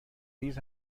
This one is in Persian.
ریز